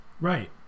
Right